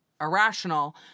irrational